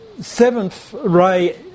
seventh-ray